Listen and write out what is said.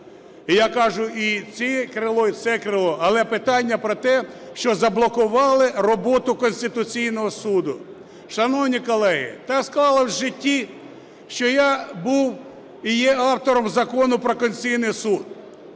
я кажу, і це крило, і це крило. Але питання про те, що заблокували роботу Конституційного Суду. Шановні колеги, так склалося вжиття, що я був і є автором Закону про Конституційний Суд,